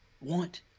Want